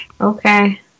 Okay